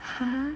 !huh!